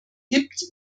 gibt